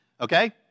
Okay